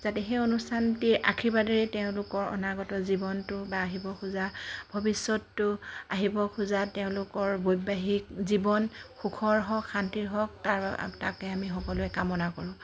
যাতে সেই অনুষ্ঠানটিয়ে আশীৰ্বাদেৰে তেওঁলোকৰ অনাগত জীৱনটো বা আহিব খোজা ভৱিষ্যতটো আহিব খোজা তেওঁলোকৰ বৈবাহিক জীৱন সুখৰ হওক শান্তিৰ হওক তাৰ তাকে আমি সকলোৱে কামনা কৰোঁ